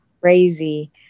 crazy